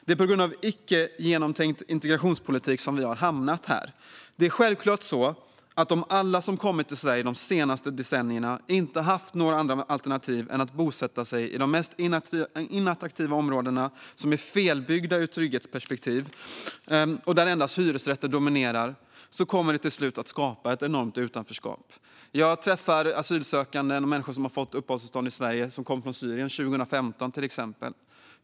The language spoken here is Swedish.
Det är på grund av icke genomtänkt integrationspolitik som vi har hamnat här. Det är självklart så att om alla som kommit till Sverige de senaste decennierna inte haft några andra alternativ än att bosätta sig i de mest oattraktiva områdena, som är felbyggda ur ett trygghetsperspektiv och där hyresrätter dominerar, kommer det till slut att skapa ett enormt utanförskap. Jag träffar asylsökande och människor som fått uppehållstillstånd i Sverige, till exempel de som kom från Syrien 2015.